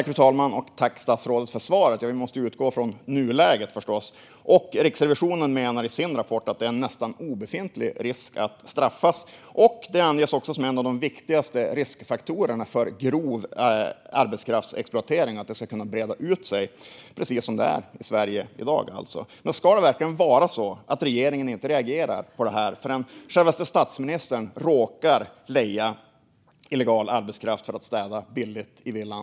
Fru talman! Tack, statsrådet, för svaret! Vi måste förstås utgå från nuläget. Riksrevisionen menar i sin rapport att det är en nästan obefintlig risk att straffas. Det anges också som en av de viktigaste riskfaktorerna för grov arbetskraftsexploatering, att detta ska kunna breda ut sig. Det är alltså precis så som det är i Sverige i dag. Ska det verkligen vara så att regeringen inte reagerar på detta förrän självaste statsministern råkar leja illegal arbetskraft för att städa billigt i villan?